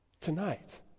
tonight